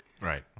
right